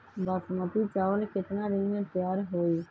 बासमती चावल केतना दिन में तयार होई?